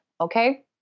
okay